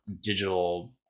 digital